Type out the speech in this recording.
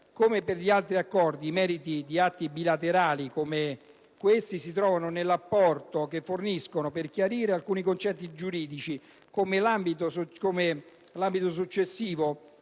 Come per gli altri accordi, i meriti di atti bilaterali come questo si trovano nell'apporto che forniscono per chiarire alcuni concetti giuridici, come l'ambito successivo